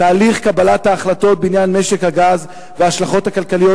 תהליך קבלת ההחלטות בעניין משק הגז וההשלכות הכלכליות